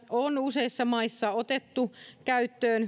on useissa maissa otettu käyttöön